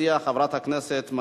הצעת החוק שירותי הסעד (תיקון מס' 7),